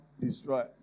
destroy